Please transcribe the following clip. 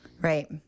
Right